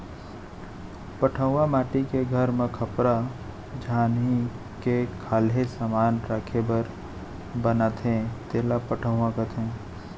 पटउहॉं माटी के घर म खपरा छानही के खाल्हे समान राखे बर बनाथे तेला पटउहॉं कथें